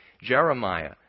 Jeremiah